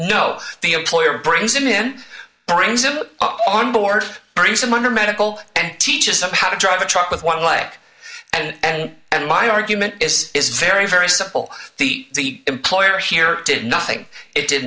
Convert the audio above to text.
no the employer brings him in brings him on board brings them under medical and teaches them how to drive a truck with one like and and my argument is is very very simple the employer here did nothing it